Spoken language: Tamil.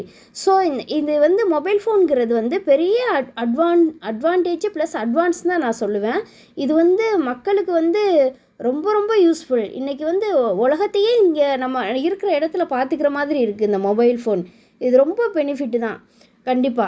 ஸோ இந் இது வந்து மொபைல் ஃபோனுங்கிறது வந்து பெரிய அட் அட்வான் அட்வான்டேஜு ப்ளஸ் அட்வான்ஸுன்னு தான் நான் சொல்லுவேன் இது வந்து மக்களுக்கு வந்து ரொம்ப ரொம்ப யூஸ்ஃபுல் இன்றைக்கி வந்து உலகத்தையே இங்கே நம்ம இருக்கிற இடத்துல பார்த்துக்குற மாதிரி இருக்குது இந்த மொபைல் ஃபோன் இது ரொம்ப பெனிஃபிட்டு தான் கண்டிப்பாக